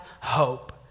hope